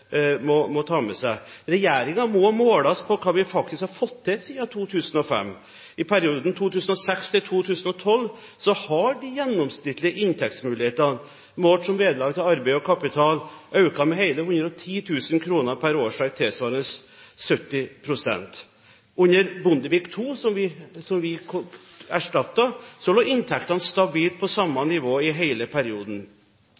må ta med seg. Regjeringen må måles på hva den faktisk har fått til siden 2005. I perioden 2006–2012 har de gjennomsnittlige inntektsmulighetene, målt som vederlag til arbeid og kapital, økt med hele 110 000 kr per årsverk, tilsvarende 70 pst. Under Bondevik II, som vi erstattet, lå inntektene stabilt på